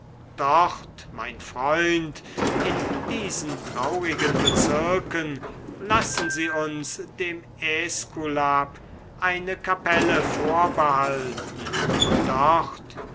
dort mein freund in diesen traurigen bezirken lassen sie uns dem äskulap eine kapelle vorbehalten dort